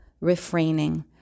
refraining